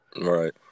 Right